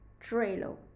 Trello